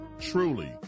truly